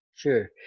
Sure